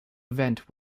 event